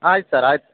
ಆಯ್ತು ಸರ್ ಆಯ್ತು